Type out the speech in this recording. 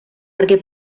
perquè